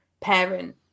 parent